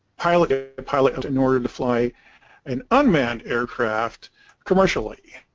pilot pilot and in order to fly an unmanned aircraft commercially.